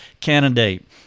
candidate